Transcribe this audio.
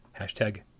Hashtag